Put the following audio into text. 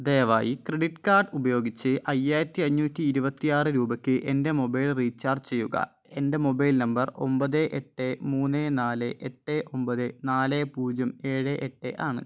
ദയവായി credit card ഉപയോഗിച്ച് അയ്യായിരത്തി അഞ്ഞൂറ്റി ഇരുപത്തി ആറ് രൂപയ്ക്ക് എൻ്റെ മൊബൈൽ റീചാർജ് ചെയ്യുക എൻ്റെ മൊബൈൽ നമ്പർ ഒമ്പത് എട്ട് മൂന്ന് നാല് എട്ട് ഒമ്പത് നാല് പൂജ്യം ഏഴ് എട്ട് ആണ്